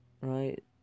right